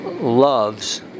loves